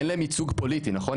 אין להם ייצוג פוליטי נכון?